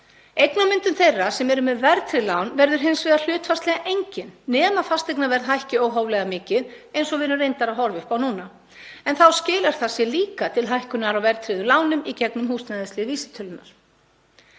Eignamyndun þeirra sem eru með verðtryggð lán verður hins vegar hlutfallslega engin nema fasteignaverð hækki óhóflega mikið eins og við erum reyndar að horfa upp á núna, en þá skilar það sér líka til hækkunar á verðtryggðum lánum í gegnum húsnæðislið vísitölunnar.